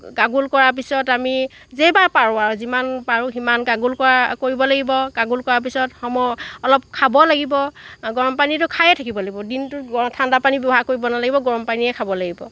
gargle কৰাৰ পিছত আমি যেইবাৰ পাৰোঁ আৰু যিমান পাৰোঁ সিমান গাৰ্গল কৰিব লাগিব গাৰ্গল কৰাৰ পিছত অলপ খাব লাগিব গৰম পানীটো খায়েই থাকিব লাগিব দিনটো ঠাণ্ডা পানী ব্যৱহাৰ কৰিব নালাগিব গৰমপানীয়েই খাব লাগিব